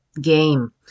game